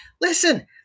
listen